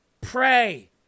pray